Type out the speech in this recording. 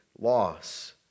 loss